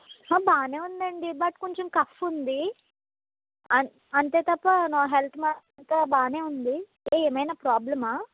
బాగానే ఉందండి బట్ కొంచెం కఫ్ ఉంది అం అంతే తప్ప నా హెల్త్ అంతా బాగానే ఉంది ఏ ఏమైనా ప్రాబ్లమా